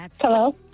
hello